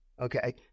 okay